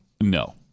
no